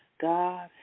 God